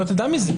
לא תדע מזה.